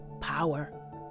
Power